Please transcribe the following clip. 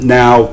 now